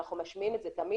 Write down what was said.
ואנחנו משמיעים את זה תמיד,